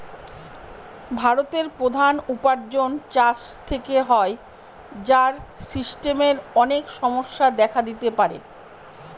ভারতের প্রধান উপার্জন চাষ থেকে হয়, যার সিস্টেমের অনেক সমস্যা দেখা দিতে পারে